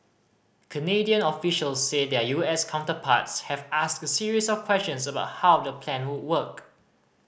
Canadian officials say their U S counterparts have asked a series of questions about how the plan would work